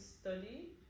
study